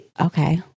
okay